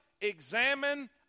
Examine